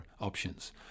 options